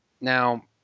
Now